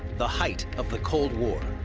the height of the cold war,